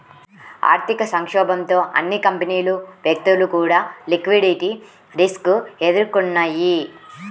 ఆర్థిక సంక్షోభంతో అన్ని కంపెనీలు, వ్యక్తులు కూడా లిక్విడిటీ రిస్క్ ఎదుర్కొన్నయ్యి